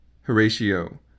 Horatio